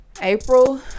April